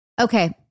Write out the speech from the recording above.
okay